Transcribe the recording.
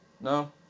No